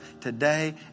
today